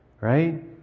Right